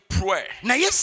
pray